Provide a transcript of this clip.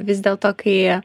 vis dėlto kai